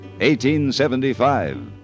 1875